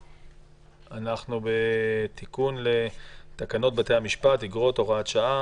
אנחנו בתיקון לתקנות בתי המשפט (אגרות) (הוראת שעה),